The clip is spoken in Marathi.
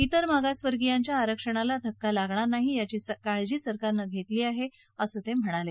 इतर मागासवर्गीयांच्या आरक्षणाला धक्का लागणार नाही याची काळजी सरकारनं घेतली आहे असं ते म्हणाले